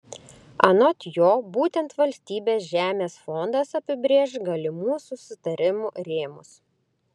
anot jo būtent valstybės žemės fondas apibrėš galimų susitarimų rėmus